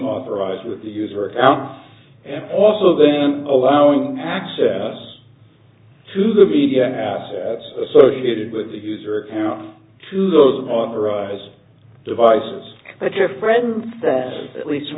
authorized with the user account and also then allowing access to the media assets associated with the user account to those authorized devices that your friend says at least